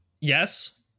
Yes